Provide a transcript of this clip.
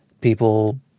people